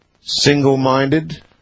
single-minded